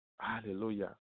Hallelujah